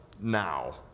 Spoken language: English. now